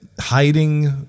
hiding